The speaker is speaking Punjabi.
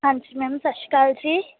ਹਾਂਜੀ ਮੈਮ ਸਤਿ ਸ਼੍ਰੀ ਅਕਾਲ ਜੀ